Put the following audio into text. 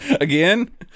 Again